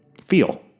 feel